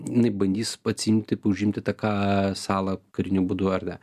jinai bandys atsiimti po užimti tą ką salą kariniu būdu ar ne